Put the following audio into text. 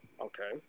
Okay